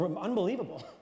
unbelievable